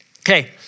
Okay